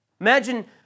Imagine